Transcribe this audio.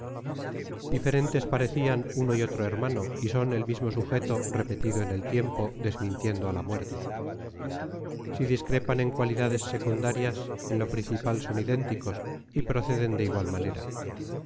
diferentes parecían uno y otro hermano y son el mismo sujeto repetido en el tiempo desmintiendo a la muerte si discrepan en cualidades secundarias en lo principal son idénticos y proceden de igual manera